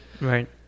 Right